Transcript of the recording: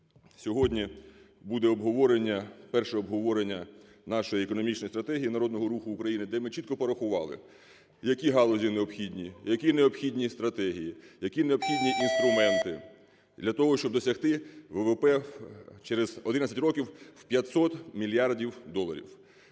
обговорення, перше обговорення нашої економічної стратегії, "Народного руху України", де ми чітко порахували, які галузі необхідні, які необхідні стратегії, які необхідні інструменти для того, щоб досягти ВВП через 11 років в 500 мільярдів доларів.